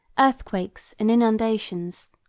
earthquakes and inundations.